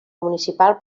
municipal